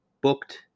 booked